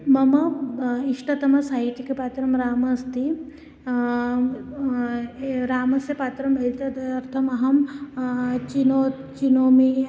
मम इष्टतमं साहित्यिकपात्रं रामः अस्ति रामस्य पात्रम् एतदर्थम् अहं चिनो चिनोमि